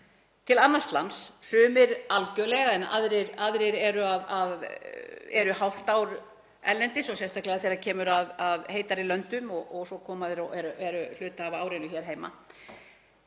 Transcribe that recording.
til annars lands, sumir algerlega en aðrir eru hálft ár erlendis og sérstaklega þegar kemur að heitari löndum og svo koma þeir og eru hluta af árinu hér heima,